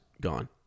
gone